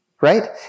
Right